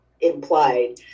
implied